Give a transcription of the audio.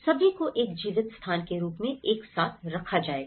सभी को एक जीवित स्थान के रूप में एक साथ रखा जाएगा